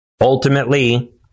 Ultimately